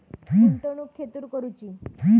गुंतवणुक खेतुर करूची?